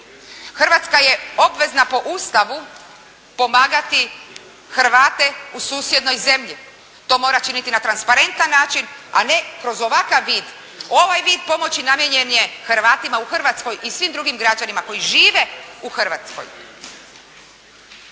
Hrvatska je obvezna po Ustavu pomagati Hrvate u susjednoj zemlji. To mora činiti na transparentan način, a ne kroz ovakav vid. Ovaj vid pomoći namijenjen je Hrvatima u Hrvatskoj i svim drugim građanima koji žive u Hrvatskoj.